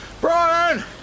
Brian